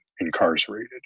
incarcerated